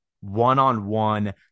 one-on-one